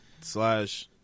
slash